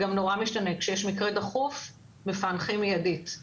גם נורא משתנה: כשיש מקרה דחוף מפענחים מיידית;